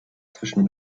zwischen